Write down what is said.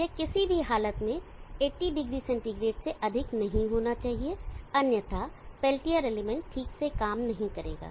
यह किसी भी हालत में 80o सेंटीग्रेड से अधिक नहीं होना चाहिए अन्यथा पेल्टियर एलिमेंट ठीक से काम नहीं करेगा